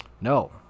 No